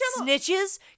Snitches